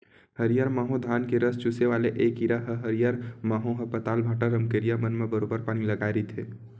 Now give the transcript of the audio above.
हरियर माहो धान के रस चूसे वाले ऐ कीरा ह हरियर माहो ह पताल, भांटा, रमकरिया मन म बरोबर बानी लगाय रहिथे